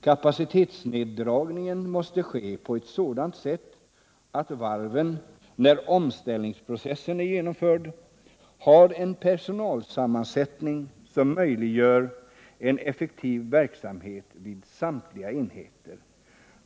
Kapacitetsneddragningen måste ske på ett sådant sätt att varven, när omställningsprocessen är genomförd, har en personalsammansättning som möjliggör en effektiv verksamhet vid samtliga enheter.